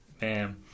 Man